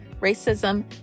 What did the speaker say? racism